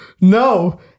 no